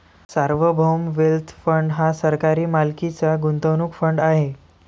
सार्वभौम wealth fund हा सरकारी मालकीचा गुंतवणूक फंड आहे